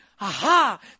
aha